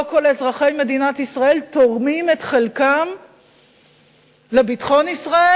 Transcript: לא כל אזרחי מדינת ישראל תורמים את חלקם לביטחון ישראל,